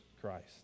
Christ